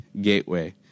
gateway